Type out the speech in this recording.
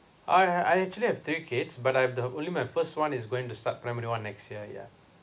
I I actually have three kids but um the only my first one is going to start primary one next year yeah